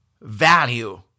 value